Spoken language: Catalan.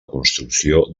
construcció